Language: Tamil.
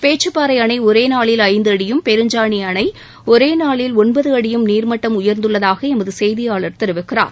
பேச்சிப்பாறை அணை ஒரே நாளில் ஐந்து அடியும் பெருஞ்சாணி அணை ஒரே நாளில் ஒன்பது அடியும் நீர்மட்டம் உயர்ந்துள்ளதாக எமது செய்தியாளர் தெரிவிக்கிறார்